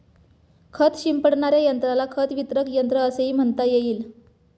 खत शिंपडणाऱ्या यंत्राला खत वितरक यंत्र असेही म्हणता येईल